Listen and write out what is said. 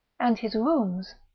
and his rooms,